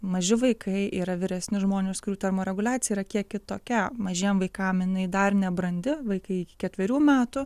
maži vaikai ir vyresni žmonės kurių termoreguliacija yra kiek kitokia mažiem vaikam jinai dar nebrandi vaikai iki ketverių metų